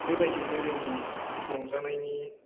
बेबायदियैनो जोंनि रंजानायनि